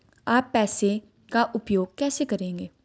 आप पैसे का उपयोग कैसे करेंगे?